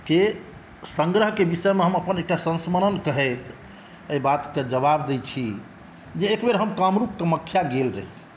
के सङ्ग्रहके विषयमे हम अपन संस्मरण कहैत एहि बातके जबाब दै छी जे एक बेर हम कामरुप कामख्या गेल रही